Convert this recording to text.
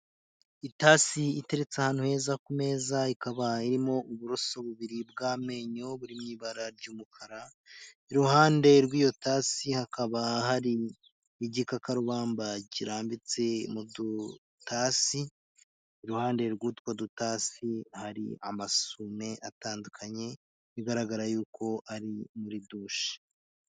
Itasi iteretse ahantu heza ku meza ikaba irimo uburoso bubiri bw'amenyo buri mu ibara ry'umukara, iruhande rw'iyo tasi hakaba hari n'igikakarubamba kirambitse mu dutasi, iruhande rw'utwo dutasi hari amasume atandukanye, bigaragara yuko ari muri dushe.